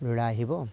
ল'ৰা আহিব